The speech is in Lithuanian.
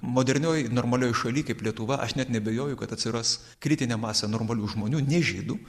modernioj normalioj šaly kaip lietuva aš net neabejoju kad atsiras kritinė masė normalių žmonių ne žydų